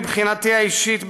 מבחינתי האישית,